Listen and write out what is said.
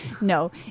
no